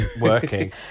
working